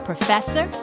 Professor